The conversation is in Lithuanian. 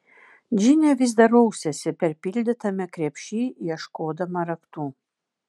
džinė vis dar rausėsi perpildytame krepšy ieškodama raktų